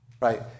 right